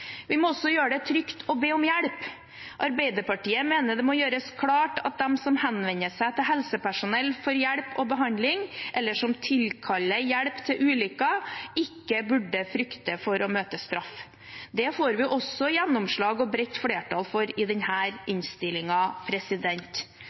Vi må også gjøre det trygt å be om hjelp. Arbeiderpartiet mener det må gjøres klart at de som henvender seg til helsepersonell for hjelp og behandling, eller som tilkaller hjelp ved ulykker, ikke burde frykte for å møte straff. Det får vi også gjennomslag og et bredt flertall for i denne innstillingen. Politiet må heller ikke bruke tvangsmidler i